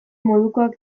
modukoak